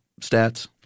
stats